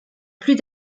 plus